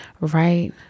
Right